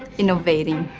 innovating.